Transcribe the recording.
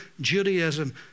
Judaism